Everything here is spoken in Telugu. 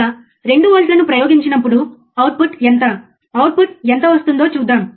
ఆపై డెల్టా t అయిన సమయం యొక్క మార్పు ఏమిటో మనం చూస్తాము